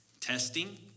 testing